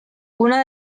una